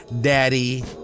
Daddy